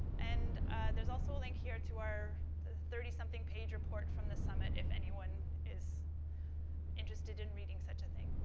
and there's also a link here to our thirty something page report from the summit. if anyone is interested in reading such a thing.